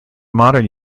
modern